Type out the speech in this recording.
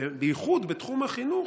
בייחוד בתחום החינוך,